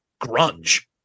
grunge